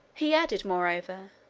he added, moreover,